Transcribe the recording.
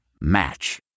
Match